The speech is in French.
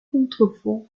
contreforts